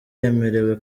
yemerewe